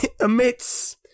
emits